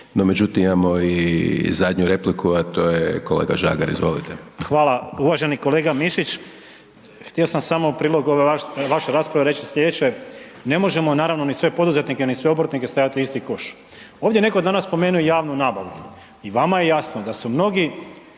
međutim imamo i zadnju repliku a to je kolega Žagar. Izvolite. **Žagar, Tomislav (HSU)** Hvala. Uvaženi kolega Mišić, htio sam samo u prilog ove vaše rasprave reći sljedeće. Ne možemo naravno ni sve poduzetnike, ni sve obrtnike staviti u isti koš. Ovdje je netko danas spomenuo i javnu nabavu. I vama je jasno da su mnogi,